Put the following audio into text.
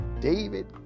David